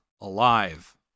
alive